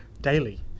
Daily